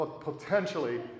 potentially